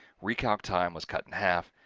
recalc time was cut in half,